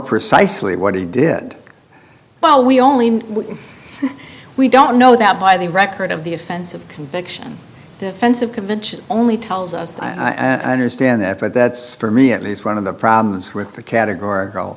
precisely what he did while we only we don't know that by the record of the offense of conviction defense of convention only tells us i understand that but that's for me at least one of the problems with the categor